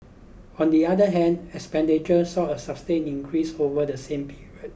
on the other hand expenditure saw a sustained increase over the same period